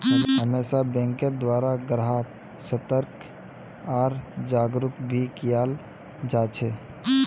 हमेशा बैंकेर द्वारा ग्राहक्क सतर्क आर जागरूक भी कियाल जा छे